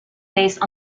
based